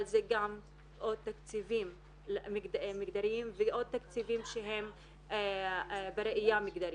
אבל זה גם עוד תקציבים מגדריים ועוד תקציבים שהם בראייה מגדרית.